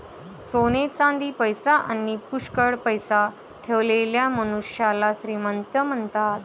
सोने चांदी, पैसा आणी पुष्कळ पैसा ठेवलेल्या मनुष्याला श्रीमंत म्हणतात